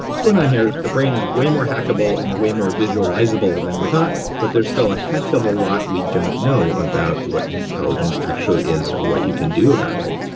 what's going on here is the brain is way more hackable and way more visualizable than we thought, but there's still a heck of a lot we don't know about what intelligence actually is or what you can about it